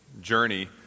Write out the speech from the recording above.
journey